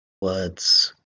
words